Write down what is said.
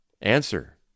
Answer